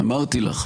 אמרתי לך,